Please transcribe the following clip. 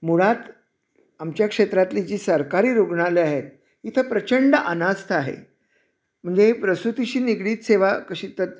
मुळात आमच्या क्षेत्रातली जी सरकारी रुग्णालयं आहेत इथं प्रचंड अनास्था आहे म्हणजे प्रसूतीशी निगडीत सेवा कशी तर